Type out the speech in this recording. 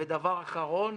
ודבר אחרון,